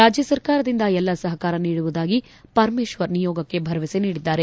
ರಾಜ್ಯ ಸರ್ಕಾರದಿಂದ ಎಲ್ಲಾ ಸಹಕಾರ ನೀಡುವುದಾಗಿ ಪರಮೇಶ್ವರ್ ನಿಯೋಗಕ್ಕೆ ಭರವಸೆ ನೀಡಿದ್ದಾರೆ